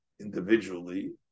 individually